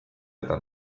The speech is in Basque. eta